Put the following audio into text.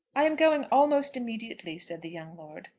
i am going almost immediately, said the young lord.